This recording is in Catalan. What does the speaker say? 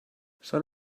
són